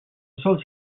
sol